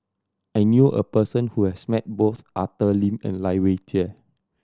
I knew a person who has met both Arthur Lim and Lai Weijie